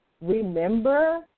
remember